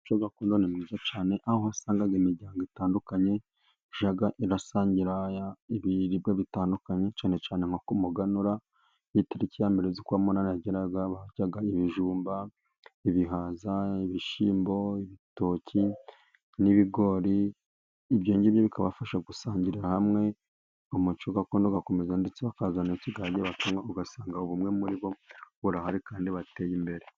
Umuco gakondo ni mwiza cyane, aho usanga imiryango itandukanye ijya irasangira ibiribwa bitandukanye, cyane cyane nko ku muganura, iyo itariki ya mbere z’ukwa munani yageraga, baryaga ibijumba, ibihaza, ibishyimbo, ibitoki n'ibigori. Ibyo bikabafasha gusangirira hamwe, umuco gakondo ugakomeza. Ndetse bakazana n'ikigage bakanywa, ugasanga ubumwe muri bo burahari kandi bateye imbere.